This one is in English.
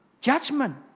Judgment